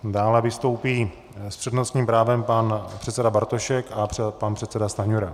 Dále vystoupí s přednostním právem pan předseda Bartošek a pan předseda Stanjura.